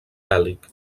bèl·lic